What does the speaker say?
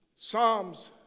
Psalms